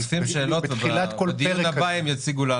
בדיון הבא הם יציגו לנו.